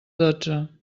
dotze